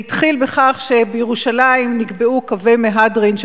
זה התחיל בכך שבירושלים נקבעו קווי מהדרין,